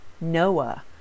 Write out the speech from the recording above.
Noah